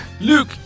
Luke